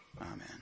amen